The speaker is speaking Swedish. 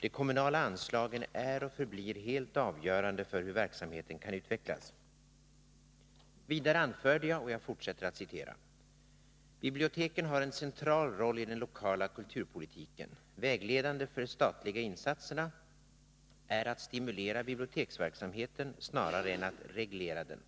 De kommunala anslagen är och förblir helt avgörande för hur verksamheten kan utvecklas.” Vidare anförde jag: ”Biblioteken har en central roll i den lokala kulturpolitiken. Vägledande för de statliga insatserna är att stödja biblioteksverksamheten snarare än att reglera den.